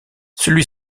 celui